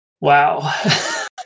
Wow